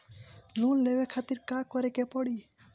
Loan लेवे खातिर का करे के पड़ी?